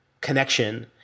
connection